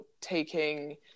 taking